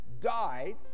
died